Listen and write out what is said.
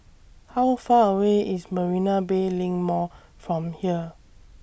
How Far away IS Marina Bay LINK Mall from here